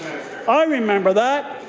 i remember that.